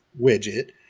widget